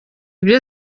byo